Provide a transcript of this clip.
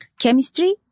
chemistry